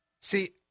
See